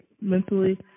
mentally